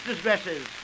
dresses